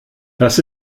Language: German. das